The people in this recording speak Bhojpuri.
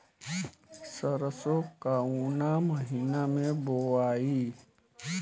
सरसो काउना महीना मे बोआई?